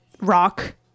rock